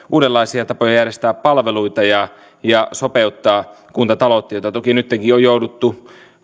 uudenlaisia tapoja järjestää palveluita ja ja sopeuttaa kuntataloutta mitä toki nyttenkin on jouduttu